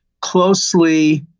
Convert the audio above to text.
closely